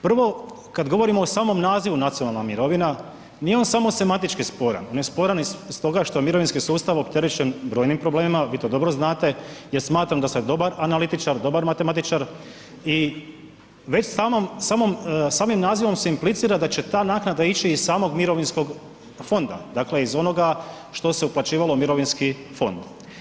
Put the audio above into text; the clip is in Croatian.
Prvo kad govorimo o samom nazivu nacionalna mirovina, nije on samo sematički sporan, on je sporan i stoga što je mirovinski sustav opterećen brojim problemima, vi to dobro znate, ja smatram da ste dobar analitičar, dobar matematičar i već samom, samim nazivom se implicira da će ta naknada ići iz samog mirovinskog fonda, dakle iz onoga što se uplaćivalo u mirovinski fond.